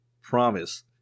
Promise